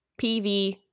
PV